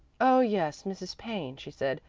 oh yes, mrs. payne, she said.